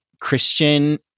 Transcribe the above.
Christian